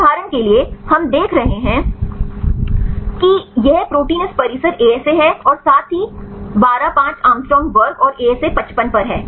उदाहरण के लिए हम देख रहे हैं कि यह प्रोटीन इस परिसर का ASA है और साथ ही 12 5 एंग्स्ट्रॉम वर्ग और ASA 55 पर है